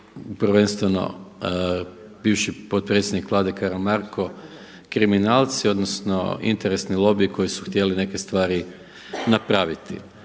prvenstveno bivši potpredsjednik Vlade Karamarko kriminalci odnosno interesni lobiji koji su htjeli neke stvari napraviti.